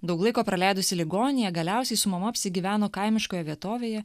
daug laiko praleidusi ligoninėje galiausiai su mama apsigyveno kaimiškoje vietovėje